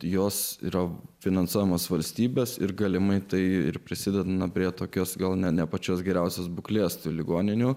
jos yra finansuojamos valstybės ir galimai tai ir prisideda prie tokios gal ne pačios geriausios būklės tų ligoninių